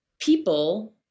people